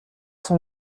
son